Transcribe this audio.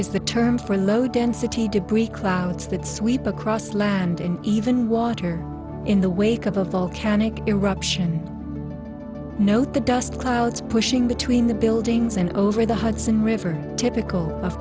is the term for low density debris clouds that sweep across land in even water in the wake of a volcanic eruption note the dust clouds pushing between the buildings and over the hudson river typical of